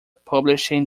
publishing